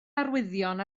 arwyddion